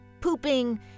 pooping